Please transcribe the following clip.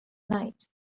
night